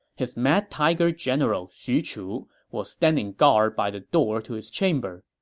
his mad tiger general xu chu was standing guard by the door to his chamber.